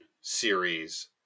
series